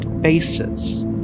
faces